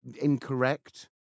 incorrect